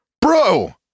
Bro